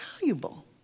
valuable